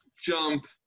jump